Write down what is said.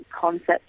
concept